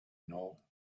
know